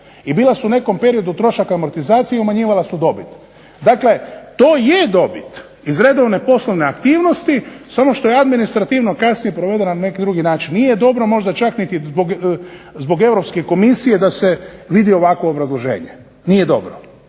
i bila su u nekom periodu trošak amortizacije i umanjivala su dobit. Dakle, to je dobit iz redovne poslovne aktivnosti samo što je kasnije administrativno provedena na neki drugi način. Nije dobro možda čak ni zbog Europske komisije da se vidi ovako obrazloženje, nije dobro.